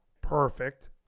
Perfect